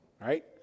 right